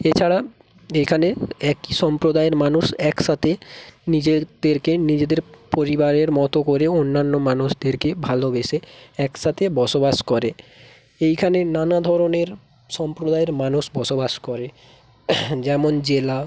এছাড়া এখানে একই সম্প্রদায়ের মানুষ একসাথে নিজেদেরকে নিজেদের পরিবারের মতো করে অন্যান্য মানুষদেরকে ভালোবেসে একসাথে বসবাস করে এইখানে নানা ধরনের সম্প্রদায়ের মানুষ বসবাস করে যেমন জেলা